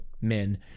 men